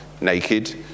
naked